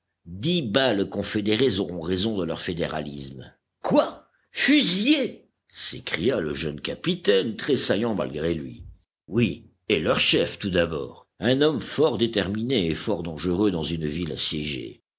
dix balles confédérées auront raison de leur fédéralisme quoi fusillés s'écria le jeune capitaine tressaillant malgré lui oui et leur chef tout d'abord un homme fort déterminé et fort dangereux dans une ville assiégée